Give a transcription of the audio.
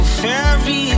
fairy